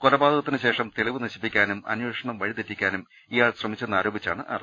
കൊലപാതകത്തിനുശേഷം തെളിവ് നശിപ്പിക്കാനും അമ്പേഷണം വഴിതെറ്റിക്കാനും ഇയാൾ ശ്രമിച്ചെന്ന് ആരോ പിച്ചാണ് അറസ്റ്റ്